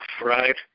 right